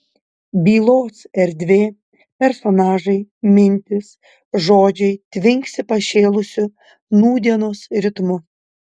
bylos erdvė personažai mintys žodžiai tvinksi pašėlusiu nūdienos ritmu